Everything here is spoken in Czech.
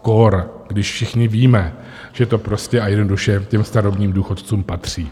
Kór když všichni víme, že to prostě a jednoduše těm starobním důchodcům patří.